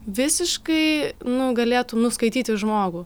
visiškai nu galėtum nuskaityti žmogų